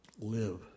live